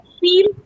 feel